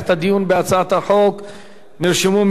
נרשמו כמה דוברים, אני אקרא את שמותם.